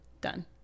Done